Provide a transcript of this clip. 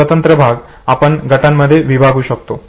स्वतंत्र भाग आपण गटांमध्ये विभागू शकतो